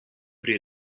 pri